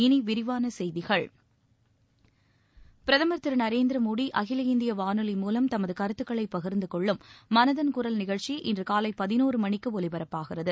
இனி விரிவான செய்திகள் பிரதமர் திரு நரேந்திர மோடி அகில இந்திய வானொலி மூலம் தமது கருத்துக்களை பகிர்ந்து கொள்ளும் மனதின் குரல் நிகழ்ச்சி இன்று காலை பதினோரு மணிக்கு ஒலிபரப்பாகிறது